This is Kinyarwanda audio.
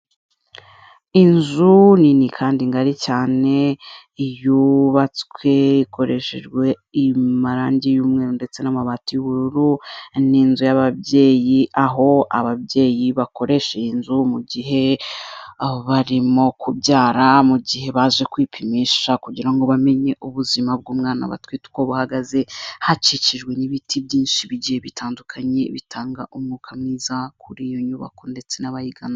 Inzu nini kandi ngari cyane yubatswe ikoreshejwe amarangi y'umweru ndetse n'amabati y'ubururu, ni inzu y'ababyeyi aho ababyeyi bakoresha iyi nzu mu gihe barimo kubyara, mu gihe baje kwipimisha kugira ngo bamenye ubuzima bw'umwana batwite uko buhagaze, hakikijwe n'ibiti byinshi bigiye bitandukanye bitanga umwuka mwiza kuri iyo nyubako ndetse n'abayigana.